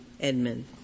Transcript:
edmund